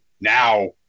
now